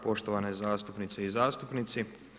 Poštovane zastupnice i zastupnici.